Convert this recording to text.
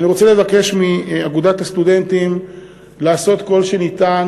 אני רוצה לבקש מאגודת הסטודנטים לעשות כל שניתן